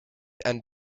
and